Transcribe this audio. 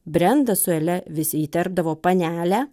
brenda su ele vis įterpdavo panele